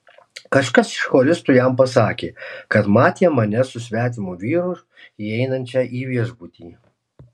kažkas iš choristų jam pasakė kad matė mane su svetimu vyru įeinančią į viešbutį